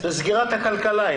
זה סגירת הכלכלה.